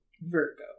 Virgo